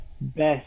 best